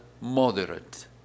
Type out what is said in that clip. moderate